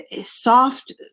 soft